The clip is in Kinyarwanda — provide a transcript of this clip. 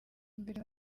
mbere